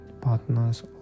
partners